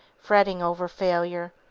fretting over failure,